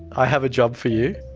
i have a job for you.